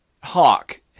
Hawk